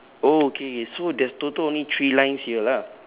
oh okay so there's total only three lines here lah